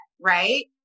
right